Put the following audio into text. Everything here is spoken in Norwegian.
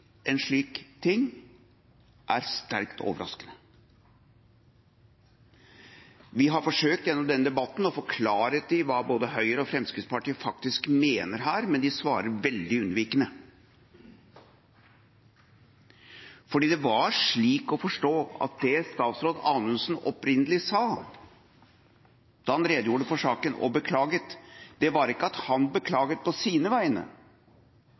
en slik ting, er sterkt overraskende. Vi har gjennom denne debatten forsøkt å få klarhet i hva både Høyre og Fremskrittspartiet faktisk mener her, men de svarer veldig unnvikende. Det var slik å forstå at det statsråd Anundsen opprinnelig sa da han redegjorde for saken og beklaget, var ikke at han beklaget på sine vegne,